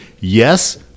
yes